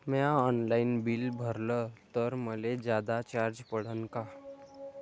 म्या online bill भरलं तर मले जादा चार्ज पडन का?